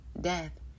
death